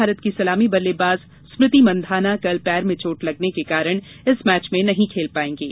भारत की सलामी बल्लेबाज स्मृति मंधाना कल पैर में चोट लगने के कारण इस मैच मेँ नही खेल पाएंगीं